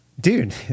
Dude